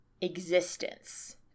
existence